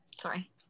Sorry